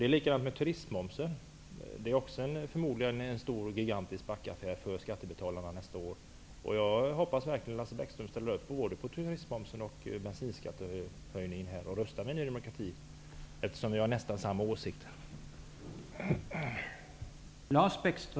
Det är likadant med turistmomsen. Det är förmodligen också en gigantisk förlustaffär för skattebetalarna nästa år. Jag hoppas verkligen att Lars Bäckström ställer upp och röstar med Ny demokrati både när det gäller turistmomsen och när det gäller bensinskattehöjningen, eftersom vi har nästan samma åsikter.